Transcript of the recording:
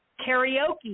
karaoke